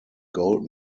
gold